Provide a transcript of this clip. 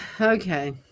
Okay